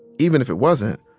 even if it wasn't,